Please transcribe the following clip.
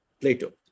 Plato